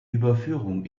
überführung